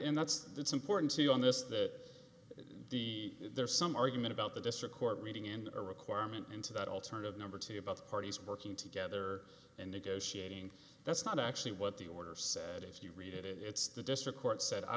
that's it's important to you on this that the there's some argument about the district court reading and a requirement into that alternative number two about the parties working together and negotiating that's not actually what the order said if you read it it's the district court said i